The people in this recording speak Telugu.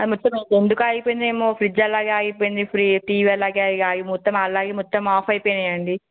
అది మొత్తం ఐతే ఎందుకు ఆగిపోయిందో ఏమో ఫ్రిజ్జూ అలాగే ఆగిపోయింది ఫ్రీ టీవీ అలాగే ఇక అవి మొత్తం అలాగే మొత్తం ఆఫ్ అయిపోయినాయి అండి